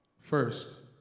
first,